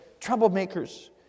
troublemakers